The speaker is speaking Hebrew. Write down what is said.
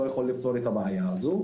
לא יוכלו לפתור את הבעיה הזו,